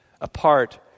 apart